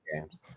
games